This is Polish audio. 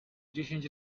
dziesięć